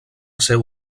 seu